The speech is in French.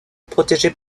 protégée